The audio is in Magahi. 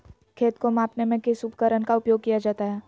खेत को मापने में किस उपकरण का उपयोग किया जाता है?